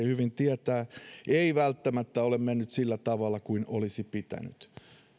hyvin tietää ei välttämättä ole mennyt sillä tavalla kuin olisi pitänyt